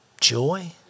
joy